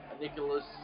Nicholas